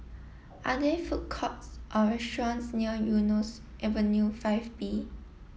are there food courts or restaurants near Eunos Avenue five B